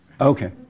Okay